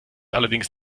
allerdings